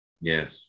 Yes